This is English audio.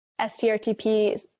STRTP